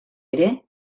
ere